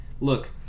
Look